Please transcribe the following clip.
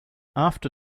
after